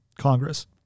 Congress